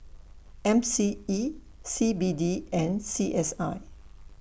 M C E C B D and C S I